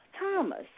Thomas